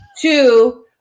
Two